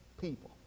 people